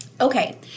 Okay